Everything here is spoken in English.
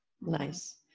Nice